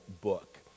book